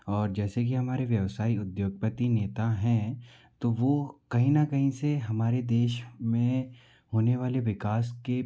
और जैसे कि हमारे व्यवसायी उद्योगपति नेता हैं तो वो कहीं ना कहीं से हमारे देश में होने वाले विकास के